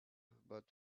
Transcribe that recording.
but